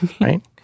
Right